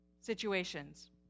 situations